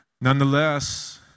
Nonetheless